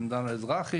עם דן האזרחי,